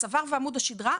הצוואר ועמוד השדרה?